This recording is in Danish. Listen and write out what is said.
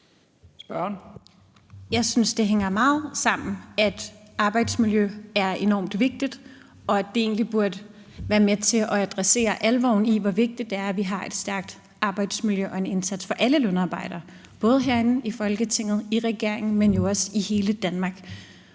Jeg synes, det hænger meget sammen, at arbejdsmiljø er enormt vigtigt, og at det egentlig burde være med til at adressere alvoren i, hvor vigtigt det er, at vi har et stærkt arbejdsmiljø og en indsats for alle lønarbejdere, både herinde i Folketinget og i regeringen, men jo også i hele Danmark.